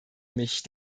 mich